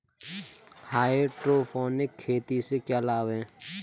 Hydroponic खेती से क्या लाभ हैं?